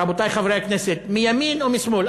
רבותי חברי הכנסת מימין ומשמאל.